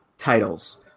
titles